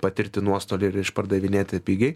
patirti nuostolių ir išpardavinėti pigiai